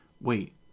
Wait